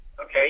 Okay